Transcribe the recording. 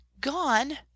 Gone